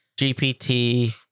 GPT